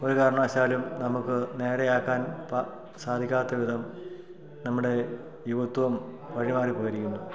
ഒരു കാരണവശാലും നമുക്ക് നേരെയാക്കാൻ പ സാധിക്കാത്ത വിധം നമ്മുടെ യുവത്വം വഴിമാറി പോയിരിക്കുന്നു